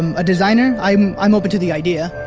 um a designer? i'm i'm open to the idea,